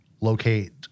locate